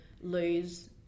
lose